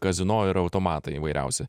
kazino ir automatai įvairiausi